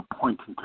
pointing